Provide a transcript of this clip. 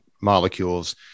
molecules